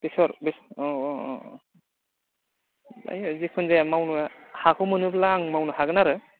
बेसर औ औ औ औ जायो जिखुनु जाया मावनो हाखौ मोनोब्ला आं मावनो हागोन आरो